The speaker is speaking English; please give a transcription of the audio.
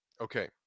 okay